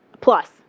plus